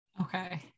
Okay